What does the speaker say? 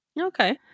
okay